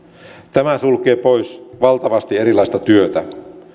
tämä sulkee pois valtavasti erilaista työtä